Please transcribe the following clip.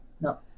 no